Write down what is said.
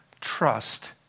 trust